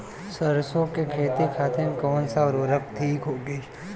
सरसो के खेती खातीन कवन सा उर्वरक थिक होखी?